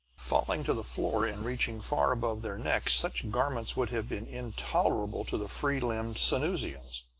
falling to the floor and reaching far above their necks, such garments would have been intolerable to the free-limbed sanusians.